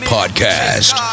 Podcast